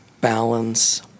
balance